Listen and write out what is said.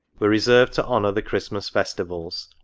were reserved to honour the christmas festivals,